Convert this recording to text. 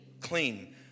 clean